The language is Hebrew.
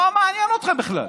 זה לא מעניין אתכם בכלל.